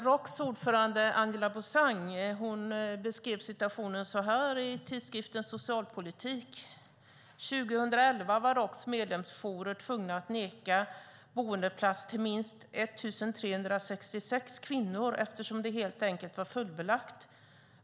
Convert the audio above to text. Roks ordförande Angela Beausang beskrev situationen så här i tidskriften Socialpolitik: År 2011 var Roks medlemsjourer tvungna att neka boendeplats till minst 1 366 kvinnor eftersom det helt enkelt var fullbelagt.